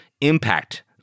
impact